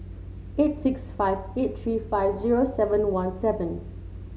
eight six five eight three five zero seven one seven